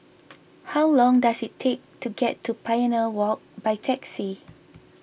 how long does it take to get to Pioneer Walk by taxi